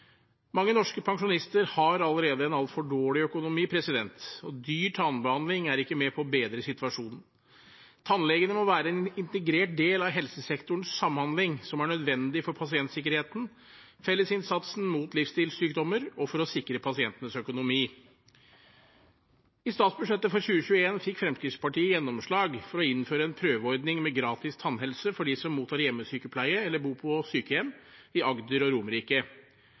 Mange norske pensjonister har allerede en altfor dårlig økonomi, og dyr tannbehandling er ikke med på å bedre situasjonen. Tannlegene må være en integrert del av helsesektorens samhandling, som er nødvendig for pasientsikkerheten, fellesinnsatsen mot livsstilssykdommer og for å sikre pasientenes økonomi. I statsbudsjettet for 2021 fikk Fremskrittspartiet gjennomslag for å innføre en prøveordning med gratis tannhelse for dem som mottar hjemmesykepleie eller bor på sykehjem i Agder og på Romerike.